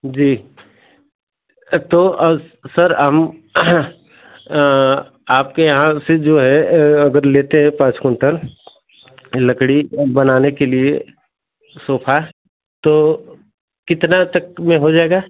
जी तो सर हम आपके यहाँ से जो है अगर लेते हैं पाँच कुंटल तो लकड़ी बनाने के लिए सोफा तो कितना तक तो वह हो जाएगा